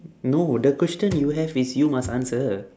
no the question you have is you must answer